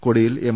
കൊടിയിൽ M